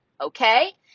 okay